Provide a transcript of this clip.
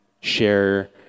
share